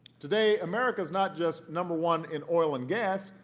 today america's not just number one in oil and gas.